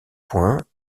points